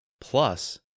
plus